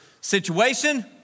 situation